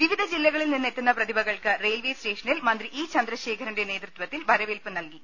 വിവിധ ജില്ലകളിൽ നിന്ന് എത്തുന്ന പ്രതിഭകൾക്ക് റെയിൽവെ സ്റ്റേഷനിൽ മന്ത്രി ഇ ചന്ദ്രശേഖരന്റെ നേതൃത്വത്തിൽ വരവേൽപ്പ് നൽകി